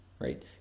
right